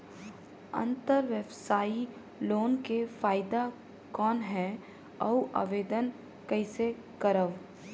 अंतरव्यवसायी लोन के फाइदा कौन हे? अउ आवेदन कइसे करव?